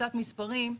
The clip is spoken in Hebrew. קצת מספרים,